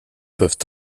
peuvent